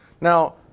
Now